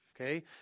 Okay